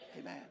Amen